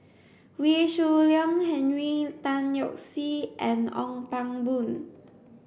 Wee Shoo Leong Henry Tan Yoke See and Ong Pang Boon